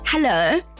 Hello